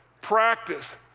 practice